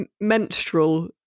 menstrual